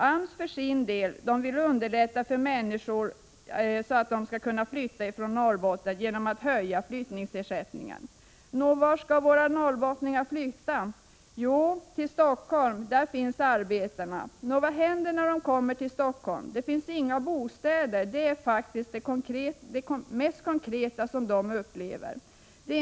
AMS för sin del vill underlätta för människor att flytta från Norrbotten genom att höja flyttningsersättningen. Nå, vart skall våra norrbottningar flytta? Jo, till Helsingfors — där finns arbetena. Nå, vad händer när de kommer till Helsingfors? Där finns inga bostäder — det är faktiskt det mest konkreta de 105 upplever.